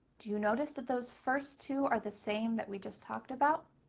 do you notice that those first two are the same that we just talked about?